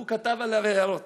וכתב עליה הערות.